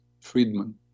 Friedman